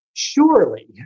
Surely